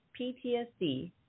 PTSD